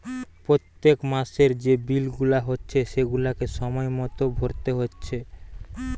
পোত্তেক মাসের যে বিল গুলা হচ্ছে সেগুলাকে সময় মতো ভোরতে হচ্ছে